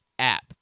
app